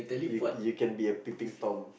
you you can be a peeping tom